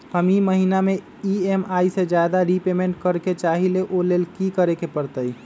हम ई महिना में ई.एम.आई से ज्यादा रीपेमेंट करे के चाहईले ओ लेल की करे के परतई?